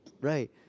right